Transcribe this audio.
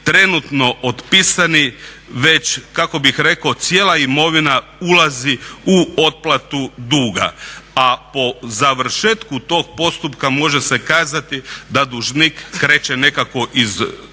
trenutno otpisani već kako bih rekao cijela imovina ulazi u otplatu duga. A po završetku tog postupka može se kazati da dužnik kreće nekako iz